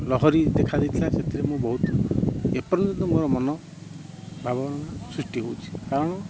ଲହରୀ ଦେଖା ଦେଇଥିଲା ସେଥିରେ ମୁଁ ବହୁତ ଏ ପର୍ଯ୍ୟନ୍ତ ମୋର ମନ ଭାବନା ସୃଷ୍ଟି ହଉଛି କାରଣ